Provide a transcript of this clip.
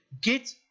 get